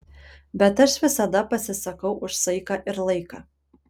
bet aš visada pasisakau už saiką ir laiką